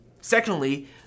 Secondly